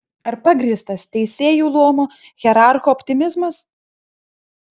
ar pagrįstas teisėjų luomo hierarcho optimizmas